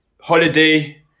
Holiday